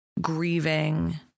grieving